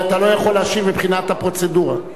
אתה לא יכול להשיב מבחינת הפרוצדורה.